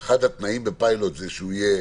אחד התנאים בפיילוט זה שהוא יהיה